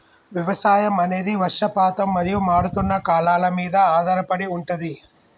వ్యవసాయం అనేది వర్షపాతం మరియు మారుతున్న కాలాల మీద ఆధారపడి ఉంటది